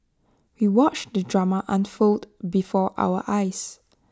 we watched the drama unfold before our eyes